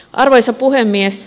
arvoisa puhemies